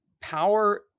power